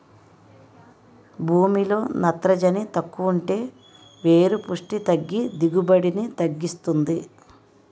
భూమిలో నత్రజని తక్కువుంటే వేరు పుస్టి తగ్గి దిగుబడిని తగ్గిస్తుంది